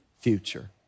future